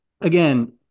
again